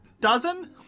Dozen